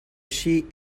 shield